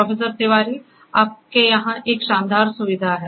professor Tiwari आपके यहाँ एक शानदार सुविधा है